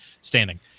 standing